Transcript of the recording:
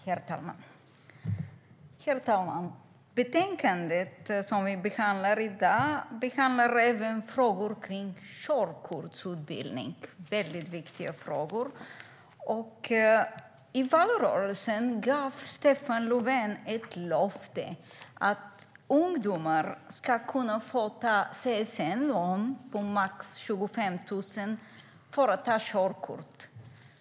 Herr talman! Det betänkande som vi behandlar i dag tar även upp frågor om körkortsutbildning. Det är viktiga frågor. I valrörelsen gav Stefan Löfven ett löfte om att ungdomar ska kunna få ta ett CSN-lån på max 25 000 kronor för att ta körkort.